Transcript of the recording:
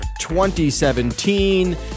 2017